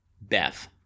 Beth